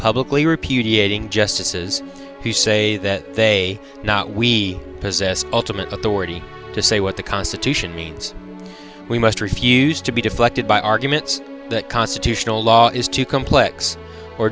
repudiating justices he say that they not we possess ultimate authority to say what the constitution means we must refuse to be deflected by arguments that constitutional law is too complex or